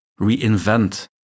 reinvent